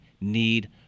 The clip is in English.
need